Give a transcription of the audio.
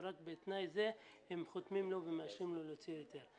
ורק בתנאי זה הם חותמים לו ומאשרים לו להוציא היתר.